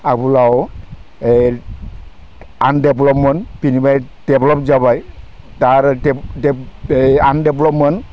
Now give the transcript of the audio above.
आगोलाव आनदेभेलपमोन बिनि उनाव देभेलप जाबाय दा